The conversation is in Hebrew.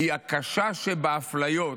שהיא הקשה שבאפליות,